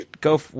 Go